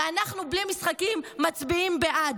הרי אנחנו בלי משחקים מצביעים בעד,